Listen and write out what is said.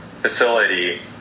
facility